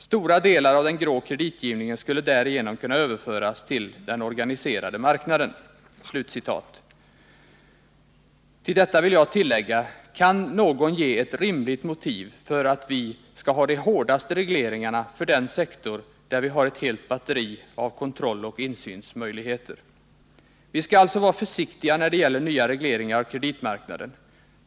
Stora delar av den grå kreditgivningen skulle därigenom kunna överföras till den organiserade marknaden.” Jag vill tillägga: Kan någon ge ett rimligt motiv för att vi skall ha de hårdaste regleringarna för den sektor där vi har ett helt batteri av kontrolloch insynsmöjligheter? Vi skall alltså vara försiktiga när det gäller nya regleringar av kreditmark naden.